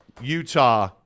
Utah